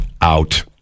Out